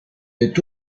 est